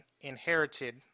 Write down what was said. inherited